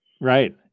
Right